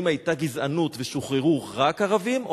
האם היתה גזענות ושוחררו רק ערבים,